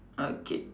okay